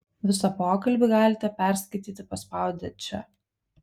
visą pokalbį galite perskaityti paspaudę čia